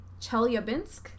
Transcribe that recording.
Chelyabinsk